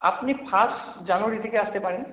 আপনি first January থেকে আসতে পারেন